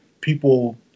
people